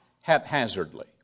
haphazardly